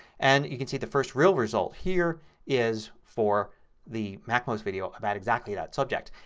and you can see the first real result here is for the macmost video about exactly that subject.